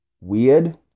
weird